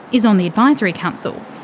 is on the advisory council.